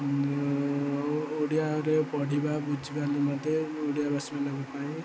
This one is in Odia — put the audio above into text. ଓଡ଼ିଆରେ ପଢ଼ିବା ବୁଝିବା ନିମନ୍ତେ ଓଡ଼ିଆ ଭାଷୀମାନଙ୍କ ପାଇଁ